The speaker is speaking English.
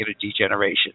degeneration